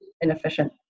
inefficient